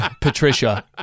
Patricia